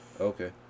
Okay